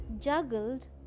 juggled